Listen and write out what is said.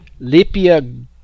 Lipia